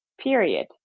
period